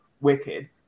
wicked